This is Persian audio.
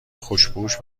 خوشپوش